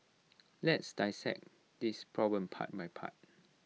let's dissect this problem part by part